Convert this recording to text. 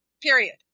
period